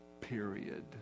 period